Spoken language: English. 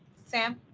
sam?